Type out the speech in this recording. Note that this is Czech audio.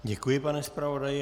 Děkuji, pane zpravodaji.